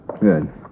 Good